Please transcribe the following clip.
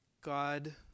God